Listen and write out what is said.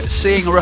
seeing